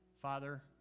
Father